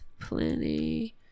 Plenty